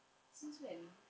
since when